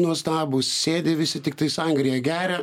nuostabūs sėdi visi tiktai sangriją geria